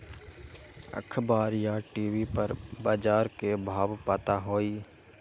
अखबार या टी.वी पर बजार के भाव पता होई?